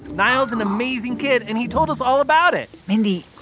niall's an amazing kid. and he told us all about it mindy,